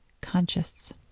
conscious